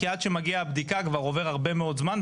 כי עד שמגיעה הבדיקה כבר עובר הרבה מאוד זמן,